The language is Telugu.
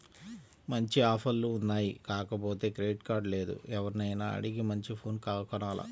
మంచి ఆఫర్లు ఉన్నాయి కాకపోతే క్రెడిట్ కార్డు లేదు, ఎవర్నైనా అడిగి మంచి ఫోను కొనాల